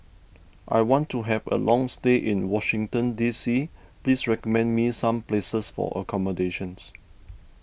I want to have a long stay in Washington D C please recommend me some places for accommodation